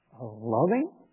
loving